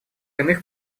иных